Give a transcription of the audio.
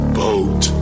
boat